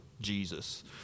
Jesus